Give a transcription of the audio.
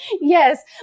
yes